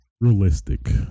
realistic